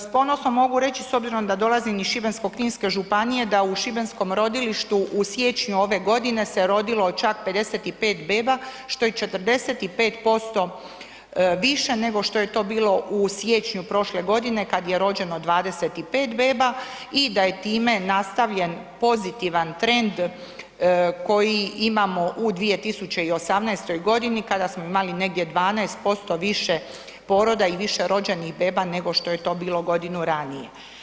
S ponosom mogu reći s obzirom da dolazim iz Šibensko-kninske županije da u šibenskom rodilištu u siječnju ove godine se rodilo čak 55 beba, što je 45% više nego što je to bilo u siječnju prošle godine kad je rođeno 25 beba i da je time nastavljen pozitivan trend koji imamo u 2018.g. kada smo imali negdje 12% više poroda i više rođenih beba nego što je to bilo godinu ranije.